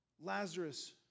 Lazarus